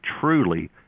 truly